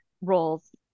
roles